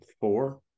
four